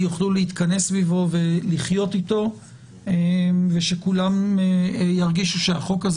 יוכלו להתכנס סביבו ולחיות אתו ושכולם ירגישו שהחוק הזה